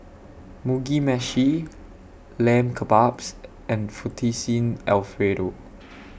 Mugi Meshi Lamb Kebabs and Fettuccine Alfredo